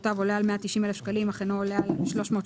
000 שקלים חדשים".